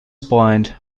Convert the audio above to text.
point